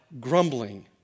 grumbling